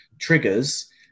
triggers